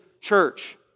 church